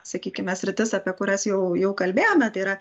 sakykime sritis apie kurias jau jau kalbėjome tai yra